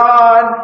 God